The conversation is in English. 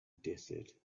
desert